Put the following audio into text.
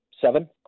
seven